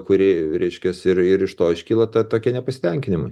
kurie reiškias ir ir iš to iškyla ta tokia nepasitenkinimai